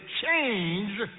change